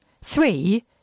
Three